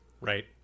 Right